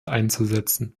einzusetzen